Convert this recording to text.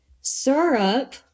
syrup